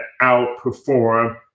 outperform